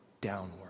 downward